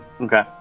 Okay